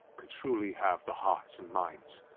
could truly have the hearts and minds